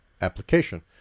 application